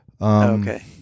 Okay